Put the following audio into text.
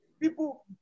People